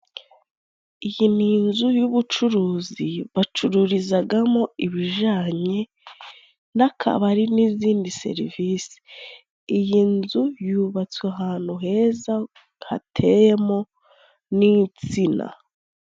Iyi ni inzu y'ubucuruzi bacururizagamo ibijanye n'akabari n'izindi serivisi ,iyi nzu yubatswe ahantu heza hateyemo n'insina.